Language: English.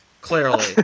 clearly